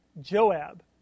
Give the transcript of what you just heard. Joab